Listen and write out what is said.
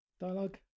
dialogue